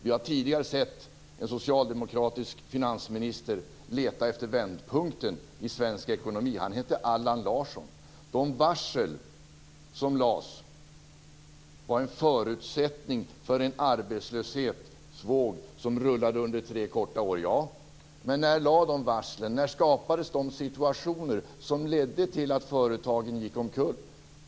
Tidigare har vi sett en socialdemokratisk finansminister leta efter vändpunkten i svensk ekonomi. Den finansministern hette Allan Larsson. De varsel som lades var en förutsättning för den arbetslöshetsvåg som rullade under tre korta år. Ja. Men när skapades de situationer som ledde till att företagen gick omkull?